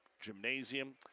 gymnasium